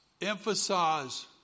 Emphasize